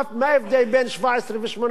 מה ההבדל בין 17 ל-18?